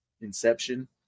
Inception